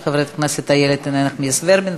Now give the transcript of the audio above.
של חברת הכנסת איילת נחמיאס ורבין.